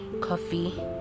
coffee